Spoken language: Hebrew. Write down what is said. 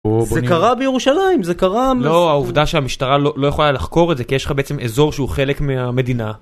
זה קרה בירושלים זה קרה לא העובדה שהמשטרה לא יכולה לחקור את זה כי יש לך בעצם אזור שהוא חלק מהמדינה.